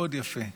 מאוד יפה,